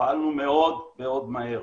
ופעלנו מאוד מאוד מהר.